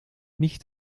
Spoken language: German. nicht